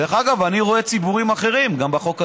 דרך אגב, אני רואה ציבורים אחרים, גם בחוק הזה,